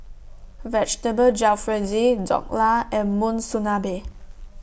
Vegetable Jalfrezi Dhokla and Monsunabe